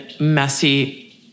messy